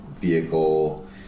vehicle